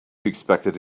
expected